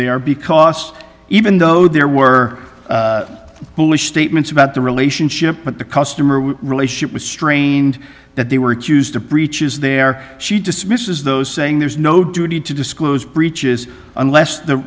they are because even though there were foolish statements about the relationship but the customer relationship was strained that they were accused of breaches there she dismisses those saying there's no duty to disclose breaches unless the